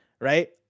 right